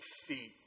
feet